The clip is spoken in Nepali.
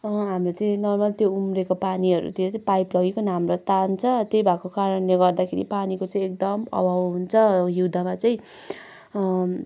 हाम्रो त्यही नर्मल त्यो उम्रेको पानीहरूतिर तै पाइपहरू लगिकन हाम्रो तान्छ त्यही भएको कारणले गर्दाखेरि पानीको चाहिँ एकदम अभाव हुन्छ हिउँदमा चाहिँ